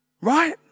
Right